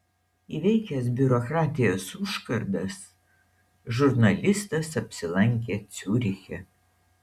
įveikęs biurokratijos užkardas žurnalistas apsilankė ciuriche